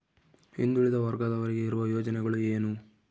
ಹಿಂದುಳಿದ ವರ್ಗದವರಿಗೆ ಇರುವ ಯೋಜನೆಗಳು ಏನು?